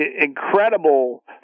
incredible